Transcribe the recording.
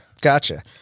Gotcha